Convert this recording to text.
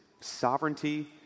sovereignty